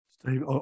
Steve